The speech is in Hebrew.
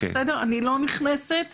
אני לא נכנסת